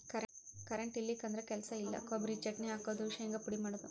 current ಇಲ್ಲಿಕಂದ್ರ ಕೆಲಸ ಇಲ್ಲಾ, ಕೊಬರಿ ಚಟ್ನಿ ಹಾಕುದು, ಶಿಂಗಾ ಪುಡಿ ಮಾಡುದು